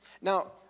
Now